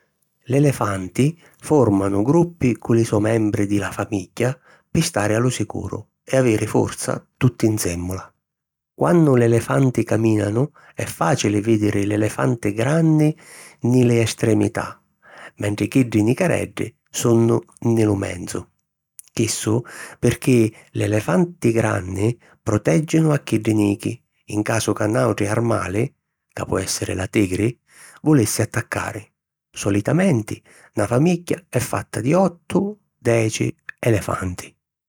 L'elefanti fòrmanu gruppi cu li so' membri di la famigghia pi stari a lu sicuru e aviri forza tutti nsèmmula. Quannu l'elefanti camìnanu, è fàcili vìdiri l'elefanti granni nni li estremità mentri chiddi nicareddi sunnu nni lu menzu. Chissu pirchì l'elefanti granni protègginu a chiddi nichi in casu ca 'n àutru armali, ca po èssiri la tigri, vulissi attaccari. Solitamenti na famigghia è fatta di ottu - deci elefanti